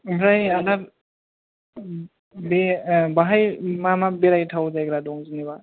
ओमफ्राय आदाब बे बाहाय मा मा बेरायथाव जायगा दं जेन'बा